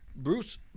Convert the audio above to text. Bruce